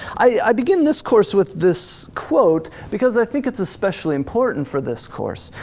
i began this course with this quote, because i think it's especially important for this course.